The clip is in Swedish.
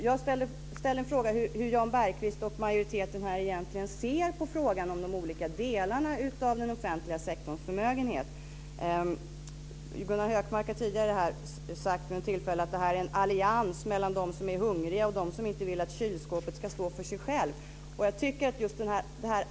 Jag ställde frågan hur Jan Bergqvist och majoriteten egentligen ser på frågan om de olika delarna av den offentliga sektorns förmögenhet. Gunnar Hökmark har tidigare sagt att det här är en allians mellan dem som är hungriga och dem som inte vill att kylskåpet ska stå för sig självt.